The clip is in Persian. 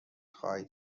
خواهید